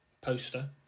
poster